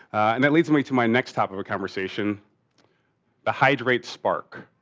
and that leads me to my next type of a conversation the hydrate spark.